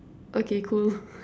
okay cool